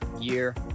year